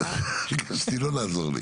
ביקשתי לא לעזור לי.